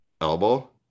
elbow